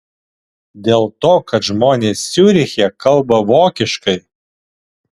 dėl to kad žmonės ciuriche kalba vokiškai